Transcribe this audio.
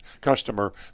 customer